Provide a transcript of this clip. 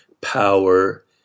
power